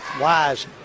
Wise